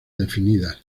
definidos